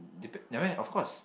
depend I mean of course